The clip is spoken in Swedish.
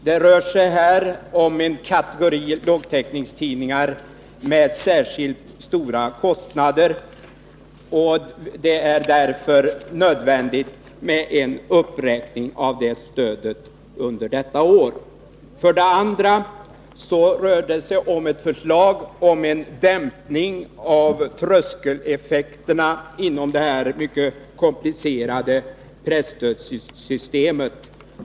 Det rör sig här om en kategori lågtäckningstidningar med särskilt stora kostnader, och det är därför nödvändigt med en uppräkning av detta stöd under innevarande år. För det andra gäller det ett förslag om en dämpning av tröskeleffekterna inom det mycket komplicerade presstödssystemet.